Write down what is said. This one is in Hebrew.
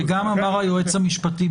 וגם אמר היועץ המשפטי,